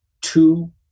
two